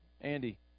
Andy